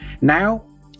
Now